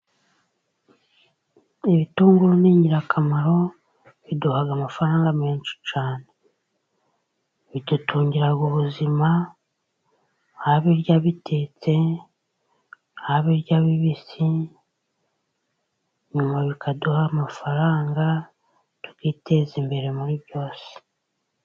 Ibitunguru n'ingirakamaro biduha amafaranga menshi cyane. Bidutungira ubuzima abirya bitetse, ababirya Ari b'ibibisi , nyuma bikaduha amafaranga tukiteza imbere muri byose.